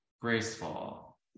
graceful